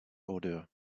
order